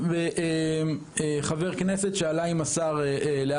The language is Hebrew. המשטרה תנקה את הציר של הציון כדי לאפשר את המגבלה הזאת,